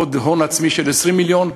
עוד הון עצמי של 20 מיליון,